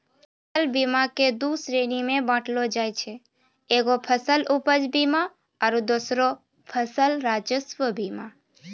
फसल बीमा के दु श्रेणी मे बाँटलो जाय छै एगो फसल उपज बीमा आरु दोसरो फसल राजस्व बीमा